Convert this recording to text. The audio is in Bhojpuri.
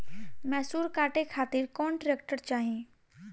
मैसूर काटे खातिर कौन ट्रैक्टर चाहीं?